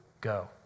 go